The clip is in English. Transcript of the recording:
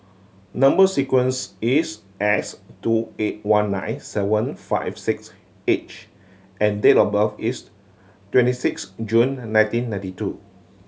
number sequence is S two eight one nine seven five six H and date of birth is twenty six June nineteen ninety two